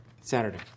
Saturday